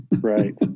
Right